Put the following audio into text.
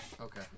Okay